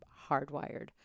hardwired